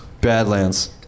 Badlands